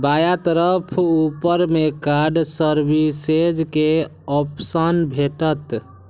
बायां तरफ ऊपर मे कार्ड सर्विसेज के ऑप्शन भेटत